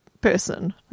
person